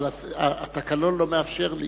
אבל התקנון לא מאפשר לי